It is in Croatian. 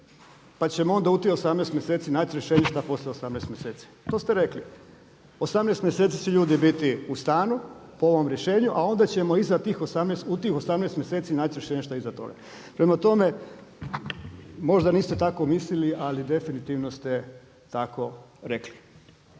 pa ćemo onda u tih 18 mjeseci naći rješenje šta poslije 18 mjeseci. To ste rekli. 18 mjeseci će ljudi biti u stanu, po ovom rješenju a onda ćemo u tih 18 mjeseci naći rješenje šta iza toga. Prema tome, možda niste tako mislili ali definitivno ste tako rekli.